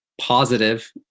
positive